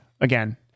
again